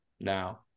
now